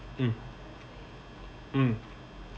mm mm